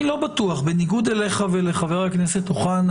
בניגוד אליך ולחבר הכנסת אוחנה,